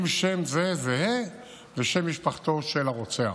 אם שם זה זהה לשם משפחתו של הרוצח.